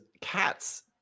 cats